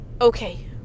Okay